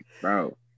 bro